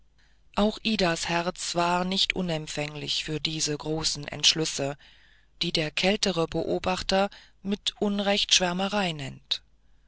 auch idas herz war nicht unempfänglich für solche große entschlüsse die der kältere beobachter mit unrecht schwärmerei nennt